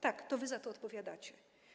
Tak, to wy za to odpowiadacie.